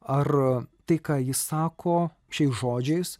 ar tai ką jis sako šiais žodžiais